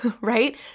right